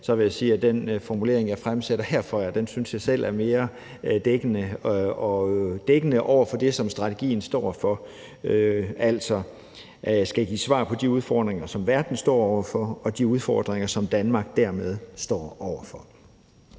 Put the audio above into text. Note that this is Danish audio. vil jeg sige, at den formulering, jeg fremsætter for jer her, er mere dækkende for det, som strategien står for, altså at udviklingssamarbejdet skal være med til at give svar på de udfordringer, som verden står over for, og de udfordringer, som Danmark dermed står over for.